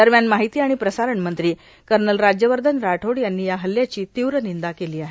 दरम्यान माहिती आणि प्रसारण मंत्री कर्नरल राज्यवर्धन राठोड यांनी या हल्ल्याची तीव्र निंदा केली आहे